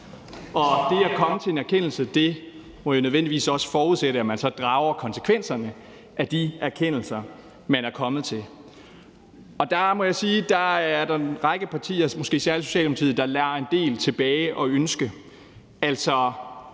det at komme til en erkendelse må nødvendigvis også forudsætte, at man så drager konsekvenserne af den erkendelse, man er kommet til, og der må jeg sige, at der er en række partier, måske særlig Socialdemokratiet, der lader en del tilbage at ønske.